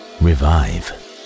revive